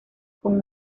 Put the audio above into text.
con